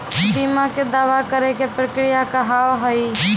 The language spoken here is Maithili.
बीमा के दावा करे के प्रक्रिया का हाव हई?